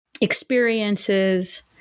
experiences